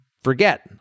Forget